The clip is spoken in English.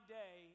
day